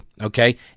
okay